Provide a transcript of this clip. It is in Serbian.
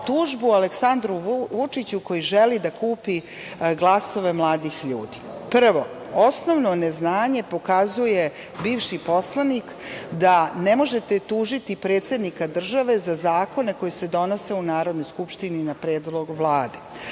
tužbu Aleksandru Vučiću koji želi da kupi glasove mladih ljudi. Prvo, osnovno neznanje pokazuje bivši poslanik da ne možete tužiti predsednika države za zakone koji se donose u Narodnoj skupštini na predlog Vlade.